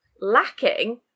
lacking